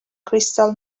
crystal